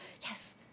Yes